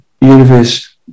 universe